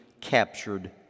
captured